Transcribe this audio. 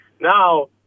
Now